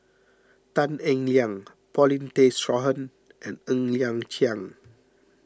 Tan Eng Liang Paulin Tay Straughan and Ng Liang Chiang